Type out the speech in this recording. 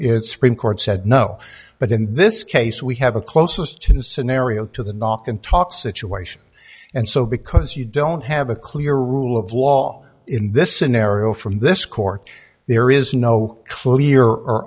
it's supreme court said no but in this case we have a closest to the scenario to the knock and talk situation and so because you don't have a clear rule of law in this scenario from this court there is no clear o